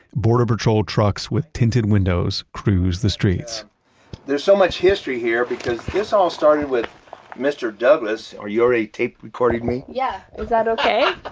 border patrol trucks with tinted windows cruise the streets there's so much history here, because this all started with mr. douglas, are you already tape-recording me? yeah, is that okay?